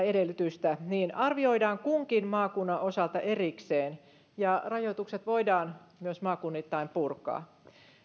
edellytystä arvioidaan kunkin maakunnan osalta erikseen ja rajoitukset voidaan myös maakunnittain purkaa